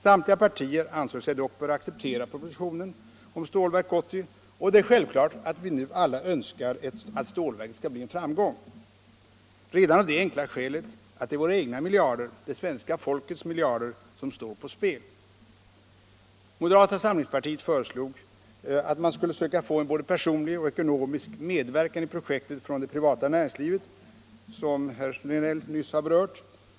Samtliga partier ansåg sig dock böra acceptera propositionen om Stålverk 80, och det är självklart att vi nu alla önskar att stålverket skall bli en framgång, redan av det enkla skälet att det är våra egna miljarder — det svenska folkets miljarder — som står på spel. Moderata samlingspartiet föreslog, som herr Regnéll nyss har berört, att man skulle söka få en både personlig och ekonomisk medverkan i projektet från det privata näringslivet.